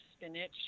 spinach